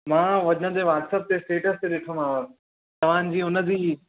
मां हुनजे वॉट्सप ते स्टेटस ते ॾिठोमांव तव्हांजी हुन जी